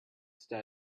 stay